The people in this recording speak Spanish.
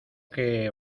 que